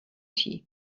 tea